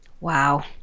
Wow